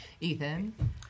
Ethan